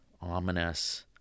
ominous